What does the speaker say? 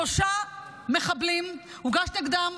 שלושה מחבלים הוגש נגדם,